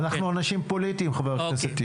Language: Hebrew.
אנחנו אנשים פוליטיים, חבר הכנסת טיבי.